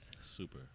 Super